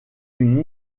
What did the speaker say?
une